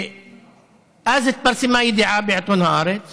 ואז התפרסמה ידיעה בעיתון הארץ